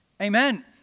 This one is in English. Amen